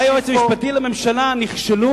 גם היועץ המשפטי לממשלה נכשל.